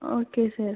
okay sir